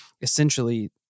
essentially